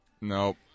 Nope